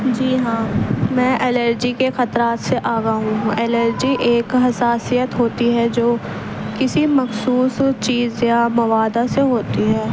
جی ہاں میں الرجی کے خطرات سے آگاہ ہوں الرجی ایک حساسیت ہوتی ہے جو کسی مخصوص چیز یا موادا سے ہوتی ہے